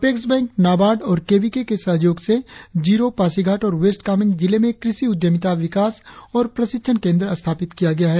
apex bank NABARD और K V K के सहयोग से जीरो पासीघाट और वेस्ट कामेंग जिले में कृषि उद्यमिता विकास और प्रशिक्षण केंद्र स्थापित किया गया है